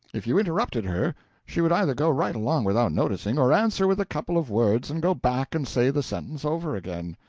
if you interrupted her she would either go right along without noticing, or answer with a couple of words, and go back and say the sentence over again.